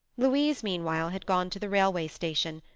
louise, meanwhile, had gone to the railway station,